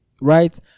right